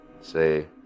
say